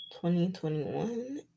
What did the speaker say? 2021